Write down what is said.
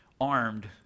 armed